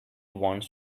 wants